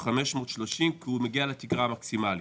13,530 ₪ כי הוא מגיע לתקרה המקסימלית,